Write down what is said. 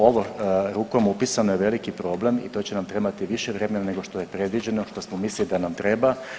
Ovo rukom upisano je veliki problem i to će nam trebati više vremena nego što je predviđeno, što smo mislili da nam treba.